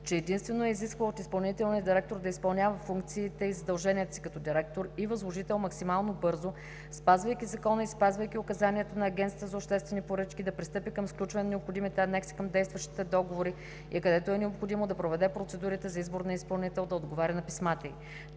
че единствено е изисквала от изпълнителния директор да изпълнява функциите и задълженията си като директор и възложител максимално бързо, спазвайки закона и спазвайки указанията на Агенцията за обществени поръчки, да пристъпи към сключване на необходимите анекси към действащите договори и където е необходимо да проведе процедурите за избор на изпълнител, да отговаря на писмата й.